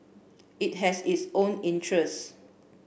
it has its own interests